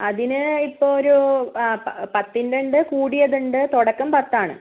അതിന് ഇപ്പോൾ ഒരു പത്തിൻ്റെ ഉണ്ട് കൂടിയതുണ്ട് തുടക്കം പത്താണ്